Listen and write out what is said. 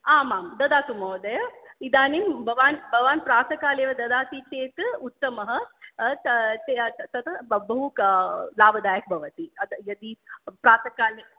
आम् आं ददातु महोदय इदानीं भवान् भवान् प्रातःकाले एव ददाति चेत् उत्तमः त ते तत् ब बहु लाभदायकं भवति अतः यदि प्रातःकाले